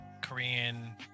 Korean